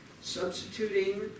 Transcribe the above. substituting